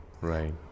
right